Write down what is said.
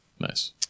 Nice